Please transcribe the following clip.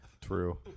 True